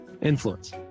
influence